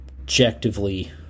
objectively